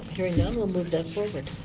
hearing none we'll move that forward.